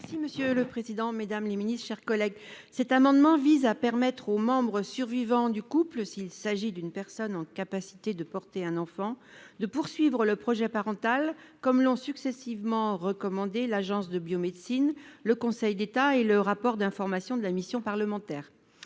est ainsi libellé : La parole est à Mme Michelle Meunier. Cet amendement vise à permettre au membre survivant du couple, s'il s'agit d'une personne pouvant porter un enfant, de poursuivre le projet parental, comme l'ont successivement recommandé l'Agence de la biomédecine, le Conseil d'État et le rapport d'information de la mission parlementaire.